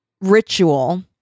ritual